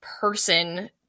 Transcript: person